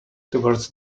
toward